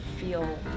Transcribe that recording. feel